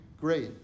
great